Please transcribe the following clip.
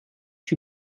two